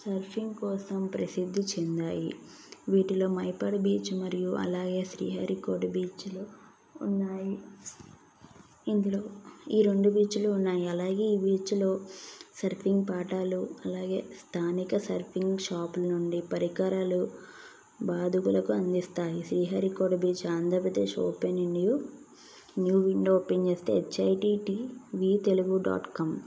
surfing కోసం ప్రసిద్ధి చెందాయి వీటిలో మైపాడు బీచ్ మరియు అలాగే శ్రీహరికోటి బీచ్లు ఉన్నాయి ఇందులో ఈ రెండు బీచ్లు ఉన్నాయి అలాగే ఈ బీచ్లో సర్వింగ్ పాఠాలు అలాగే స్థానిక సర్వింగ్ షాపు నుండి పరికరాలు బాదువులకు అందిస్తాయి Sriharikota beach Andhra Pradesh open in new new window open చేస్తాయి హెచ్ఐటీటీ న్యూ తెలుగు డాట్ కం